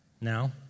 Now